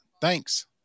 Thanks